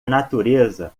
natureza